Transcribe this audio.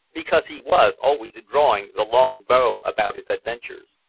because he was always drawing the long bow about his adventures.